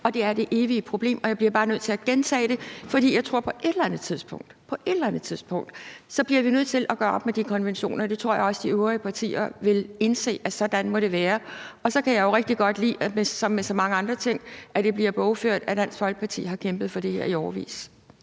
og det er det evige problem, og jeg bliver bare nødt til at gentage det. For jeg tror, at vi på et eller andet tidspunkt bliver nødt til at gøre op med de konventioner, og jeg tror også, de øvrige partier vil indse, at det må være sådan. Så kan jeg jo også ligesom med så mange andre ting rigtig godt lide, at det bliver bogført, at Dansk Folkeparti har kæmpet for det her i årevis.